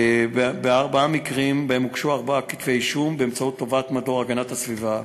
ובארבעה מקרים הוגשו ארבעה כתבי-אישום באמצעות תובעת מדור הגנת הסביבה.